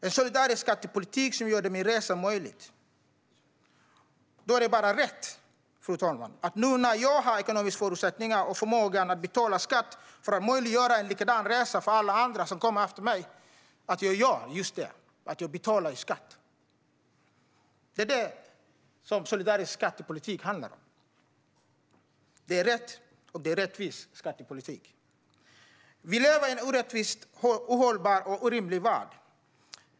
En solidarisk skattepolitik gjorde min resa möjlig. Då är det bara rätt, fru talman, att jag, nu när jag har ekonomiska förutsättningar och förmåga att betala skatt för att möjliggöra en likadan resa för andra som kommer efter mig, gör just detta: betalar skatt. Det är vad en solidarisk och rättvis skattepolitik handlar om. Vi lever i en orättvis, ohållbar och orimlig värld.